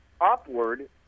upward